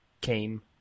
came